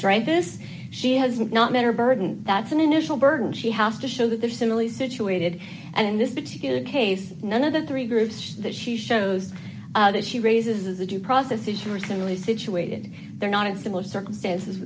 this she has not met her burden that's an initial burden she has to show that they're similarly situated and in this particular case none of the three groups that she shows that she raises the process is recently situated they're not in similar circumstances